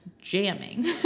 jamming